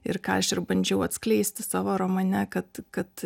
ir ką aš ir bandžiau atskleisti savo romane kad kad